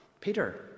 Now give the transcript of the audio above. Peter